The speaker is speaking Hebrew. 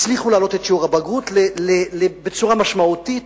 הצליחו להעלות את שיעור הבגרות בצורה משמעותית,